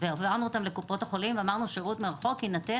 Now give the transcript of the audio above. והעברנו אותן לקופות החולים ואמרנו ששירות מרחוק יינתן